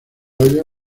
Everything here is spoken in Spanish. haya